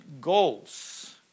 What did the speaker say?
goals